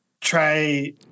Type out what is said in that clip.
try